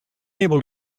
able